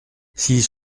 six